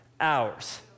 hours